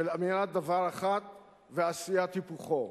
של אמירת דבר אחד ועשיית היפוכו,